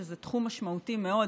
שזה תחום משמעותי מאוד.